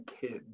kids